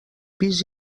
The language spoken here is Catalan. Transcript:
pis